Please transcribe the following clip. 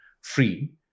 free